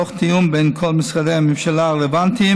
תוך תיאום בין כל משרדי הממשלה הרלוונטיים,